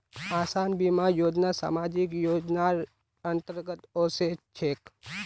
आसान बीमा योजना सामाजिक योजनार अंतर्गत ओसे छेक